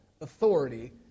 authority